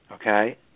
okay